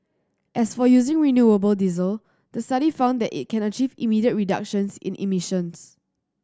as for using renewable diesel the study found that it can achieve immediate reductions in emissions